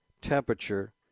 temperature